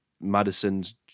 Madison's